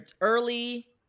early